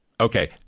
Okay